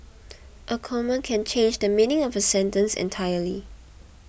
a comma can change the meaning of a sentence entirely